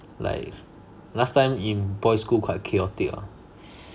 like last time in boy school quite chaotic lah